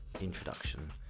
introduction